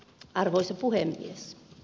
arvoisa puhemies